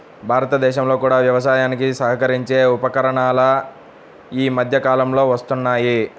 భారతదేశంలో కూడా వ్యవసాయానికి సహకరించే ఉపకరణాలు ఈ మధ్య కాలంలో వస్తున్నాయి